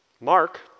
Mark